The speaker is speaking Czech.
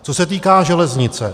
Co se týká železnice.